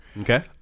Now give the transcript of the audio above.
Okay